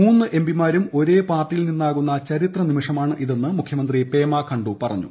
മൂന്ന് M P മാരും ഒരേ പാർട്ടിയിൽ നിന്നാകുന്ന ചരിത്ര നിമിഷമാണിതെന്ന് മുഖ്യമന്ത്രി പേമ ഖണ്ഡു പറഞ്ഞു